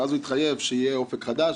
ואז הוא יתחייב שיהיה "אופק חדש".